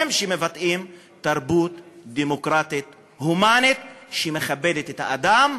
הם שמבטאים תרבות דמוקרטית הומנית שמכבדת את האדם,